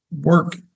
work